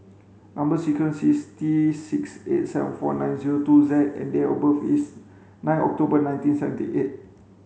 number sequence is T six eight seven four nine zero two Z and date of birth is nine October nineteen seventy eight